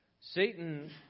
Satan